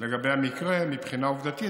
לגבי המקרה מבחינה עובדתית,